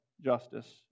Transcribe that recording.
justice